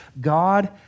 God